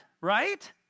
right